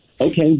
Okay